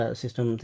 system